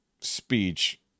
speech